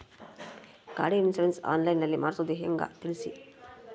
ಗಾಡಿ insurance online ನಲ್ಲಿ ಮಾಡ್ಸೋದು ಹೆಂಗ ತಿಳಿಸಿ?